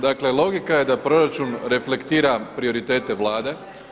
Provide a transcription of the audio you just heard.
Dakle, logika je da proračun reflektira prioritete Vlade.